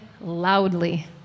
loudly